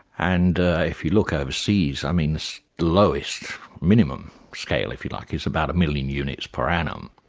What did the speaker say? and if you look overseas, i mean the lowest minimum scale if you like, is about a million units per annum.